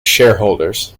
shareholders